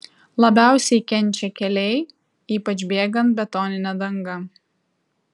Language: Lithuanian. labiausiai kenčia keliai ypač bėgant betonine danga